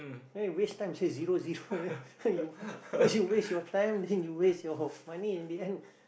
the you waste time say zero zero first you waste your time then you waste your money in the end